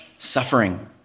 suffering